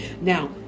Now